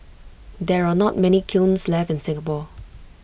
there are not many kilns left in Singapore